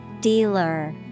Dealer